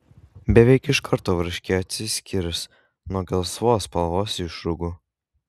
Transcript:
beveik iš karto varškė atsiskirs nuo gelsvos spalvos išrūgų